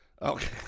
Okay